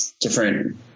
different